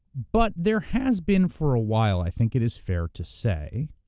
but there has been for a while, i think it is fair to say,